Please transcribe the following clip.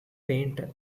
painter